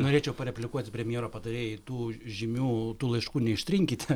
norėčiau pareplikuoti premjero patarėjai tų žymių tų laiškų neištrinkite